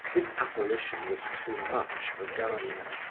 this apparition was too much for gania.